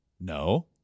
No